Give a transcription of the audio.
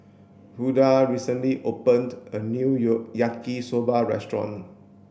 Rhoda recently opened a new Yaki soba restaurant